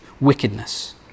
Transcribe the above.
wickedness